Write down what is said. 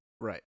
Right